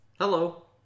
hello